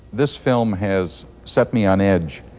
this film has set me on edge.